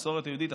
המסורת היהודית,